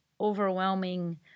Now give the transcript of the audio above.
overwhelming